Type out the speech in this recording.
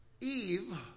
Eve